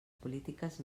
polítiques